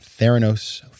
Theranos